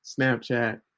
Snapchat